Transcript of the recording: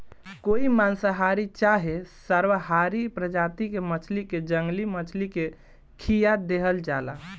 कोई मांसाहारी चाहे सर्वाहारी प्रजाति के मछली के जंगली मछली के खीया देहल जाला